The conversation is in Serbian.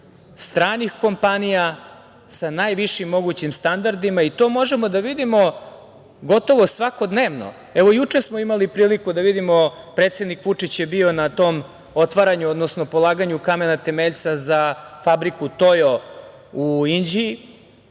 stranih kompanija sa najvišim mogućim standardima i to možemo da vidimo gotovo svakodnevno. Juče smo imali priliku da vidimo, predsednik Vučić je bio na tom otvaranju, odnosno polaganju kamena temeljca za fabriku „Tojo tajers“